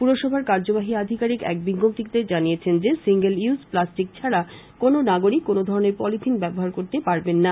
পুরসভার কার্যবাহী আধিকারিক এক বিজ্ঞপ্তিতে জানিয়েছেন যে সিঙ্গল ইউজ প্লাস্টিক ছাড়া কোনো নাগরিক কোনো ধরণের পলিথিন ব্যাবহার করতে পারবেন না